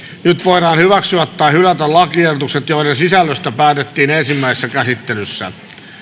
nyt voidaan hyväksyä tai hylätä lakiehdotukset joiden sisällöstä päätettiin ensimmäisessä käsittelyssä